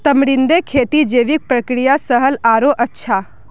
तमरींदेर खेती जैविक प्रक्रिया स ह ल आरोह अच्छा